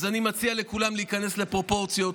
אז אני מציע לכולם להיכנס לפרופורציות,